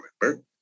remember